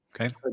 Okay